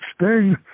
Sting